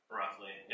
roughly